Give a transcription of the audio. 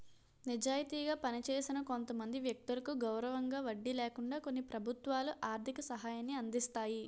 నిజాయితీగా పనిచేసిన కొంతమంది వ్యక్తులకు గౌరవంగా వడ్డీ లేకుండా కొన్ని ప్రభుత్వాలు ఆర్థిక సహాయాన్ని అందిస్తాయి